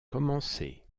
commencer